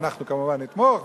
אנחנו כמובן נתמוך,